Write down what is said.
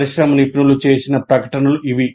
పరిశ్రమ నిపుణులు చేసిన ప్రకటనలు ఇవి